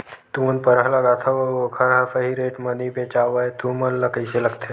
तू मन परहा लगाथव अउ ओखर हा सही रेट मा नई बेचवाए तू मन ला कइसे लगथे?